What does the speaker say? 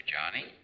Johnny